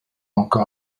encore